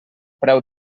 preu